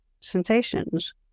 sensations